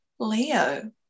Leo